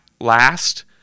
last